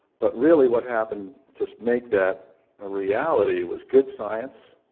but really what happened to make that a reality was good science,